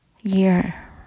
year